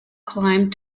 climbed